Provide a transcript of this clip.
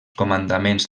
comandaments